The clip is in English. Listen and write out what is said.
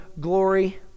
glory